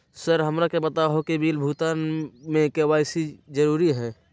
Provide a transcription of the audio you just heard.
Sir हमरा के बताओ कि बिल भुगतान में के.वाई.सी जरूरी हाई?